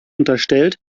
unterstellt